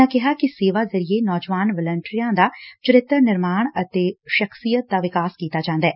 ਉਨ੍ਹਾਂ ਕਿਹਾ ਕਿ ਸੇਵਾ ਜ਼ਰੀਏ ਨੌਜਵਾਨ ਵੰਲਟੀਅਰਾਂ ਦਾ ਚੱਰੀਤਰ ਨਿਰਮਾਣ ਅਤੇ ਸਖਸ਼ਿਅਤ ਦਾ ਵਿਕਾਸ ਕੀਤਾ ਜਾਂਦੈ